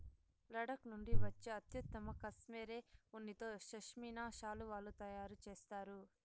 లడఖ్ నుండి వచ్చే అత్యుత్తమ కష్మెరె ఉన్నితో పష్మినా శాలువాలు తయారు చేస్తారు